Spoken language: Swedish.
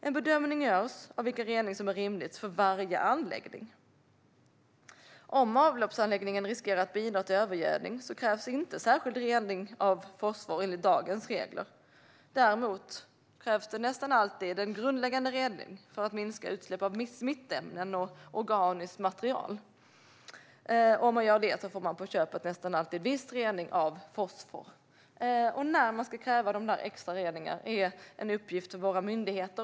En bedömning görs av vilken rening som är rimlig för varje anläggning. Om avloppsanläggningen riskerar att bidra till övergödning krävs inte särskild rening av fosfor enligt dagens regler. Däremot krävs det nästan alltid en grundläggande rening för att minska utsläpp av smittämnen och organiskt material. Om man gör det får man nästan alltid på köpet en viss rening av fosfor. Bedömningen av när det ska krävas extra rening är en uppgift för våra myndigheter.